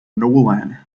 nolan